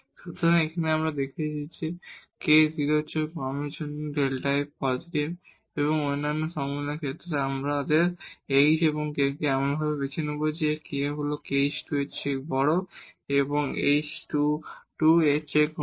সুতরাং এখানে আমরা দেখেছি যে k 0 এর চেয়ে কমের জন্য Δ f পজিটিভ এবং অন্যান্য সম্ভাবনার ক্ষেত্রে আমরা আমাদের h এবং k কে এমনভাবে বেছে নেব k হল h2 এর চেয়ে বড় এবং 2 h2 এর চেয়ে কম